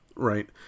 Right